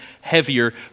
heavier